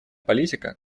политика